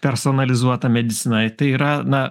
personalizuotą mediciną tai yra na